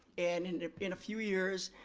and and in a few years,